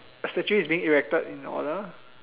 a statue is being erected in your honour